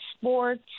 sports